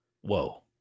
Whoa